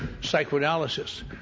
psychoanalysis